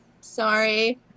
Sorry